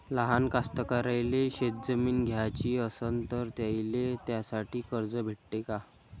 लहान कास्तकाराइले शेतजमीन घ्याची असन तर त्याईले त्यासाठी कर्ज भेटते का?